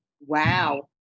Wow